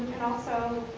and also